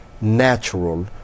natural